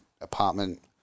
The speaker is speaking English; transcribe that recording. apartment